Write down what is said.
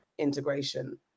integration